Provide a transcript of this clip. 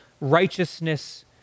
righteousness